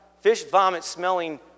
fish-vomit-smelling